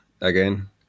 again